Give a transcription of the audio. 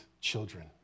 children